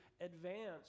advance